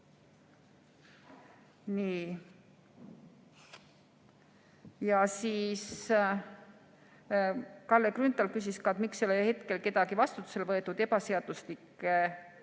Nii. Kalle Grünthal küsis ka, miks ei ole hetkel kedagi vastutusele võetud ebaseaduslike